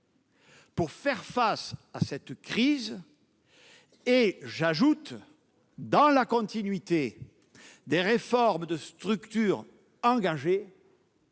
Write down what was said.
pour faire face à cette crise, dans la continuité des réformes de structure engagées.